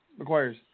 McGuire's